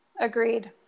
Agreed